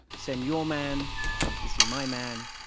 send your man to see my man,